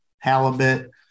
halibut